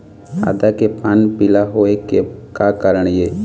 आदा के पान पिला होय के का कारण ये?